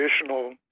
additional